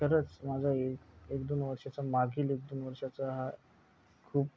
खरंच माझा एक एक दोन वर्षाचा मागील एक दोन वर्षाचा हा खूप